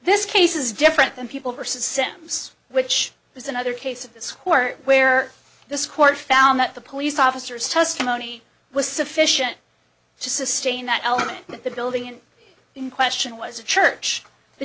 this case is different than people versus sims which is another case of this court where this court found that the police officers testimony was sufficient to sustain that element that the building and in question was a church the